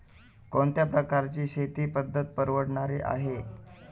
कोणत्या प्रकारची शेती पद्धत परवडणारी आहे?